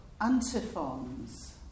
antiphons